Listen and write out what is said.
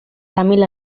tamil